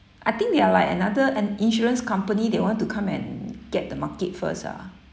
I think they are like another an insurance company they want to come and get the market first ah